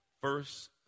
first